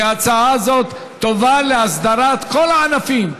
כי ההצעה הזאת טובה להסדרת כל הענפים: